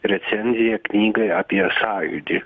recenzija knygai apie sąjūdį